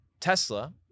Tesla